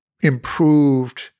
improved